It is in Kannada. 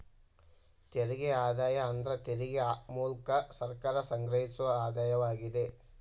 ತೆರಿಗೆ ಆದಾಯ ಅಂದ್ರ ತೆರಿಗೆ ಮೂಲ್ಕ ಸರ್ಕಾರ ಸಂಗ್ರಹಿಸೊ ಆದಾಯವಾಗಿದೆ